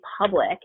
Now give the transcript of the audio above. public